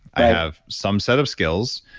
i have some set of skills.